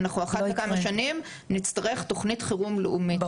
אנחנו אחת לכמה שנים נצטרך תוכנית חירום לאומית.